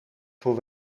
voor